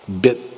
Bit